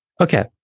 Okay